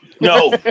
no